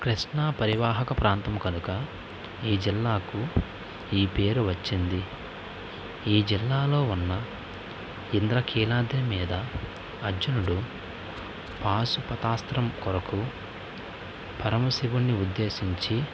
కృష్ణా పరివాహక ప్రాంతం కనుక ఈ జిల్లాకు ఈ పేరు వచ్చింది ఈ జిల్లాలో ఉన్న ఇంధ్రకీలాద్రి మీద అర్జునుడు పాశుపతాస్త్రం కొరకు పరమ శివున్ని ఉద్దేశించి